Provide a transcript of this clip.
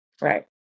Right